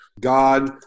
God